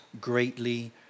greatly